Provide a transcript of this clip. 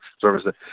services